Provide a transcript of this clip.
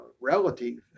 relative